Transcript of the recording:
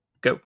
go